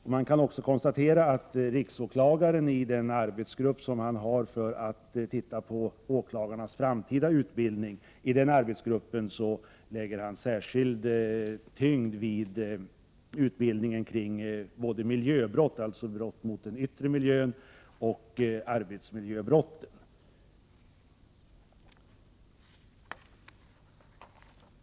I den översyn av grundutbildningen för åklagare som pågår inom riksåklagarens kansli läggs särskild tyngd vid utbildningen om miljöbrott, dvs. mot den yttre miljön, och vid arbetsmiljöbrott.